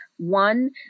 One